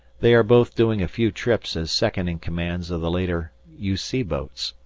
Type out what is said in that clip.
they are both doing a few trips as second in commands of the later u c. boats,